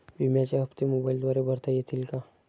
विम्याचे हप्ते मोबाइलद्वारे भरता येतील का?